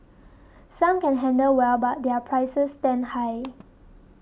some can handle well but their prices stand high